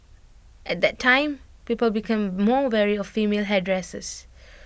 at that time people became more wary of female hairdressers